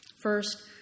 First